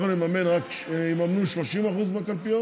אנחנו נממן רק, יממנו 30% בקלפיות